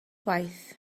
waith